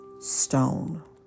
stone